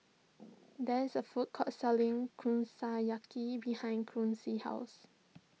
there is a food court selling Kushiyaki behind Quincy's house